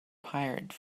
pirate